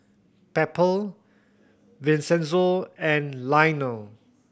Pepper Vincenzo and Lionel